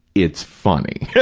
it's funny yeah